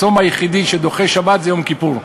הצום היחידי שדוחה שבת זה יום כיפור.